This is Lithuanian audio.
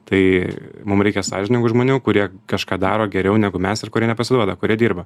tai mum reikia sąžiningų žmonių kurie kažką daro geriau negu mes ir kurie nepasiduoda kurie dirba